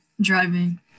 driving